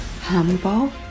humble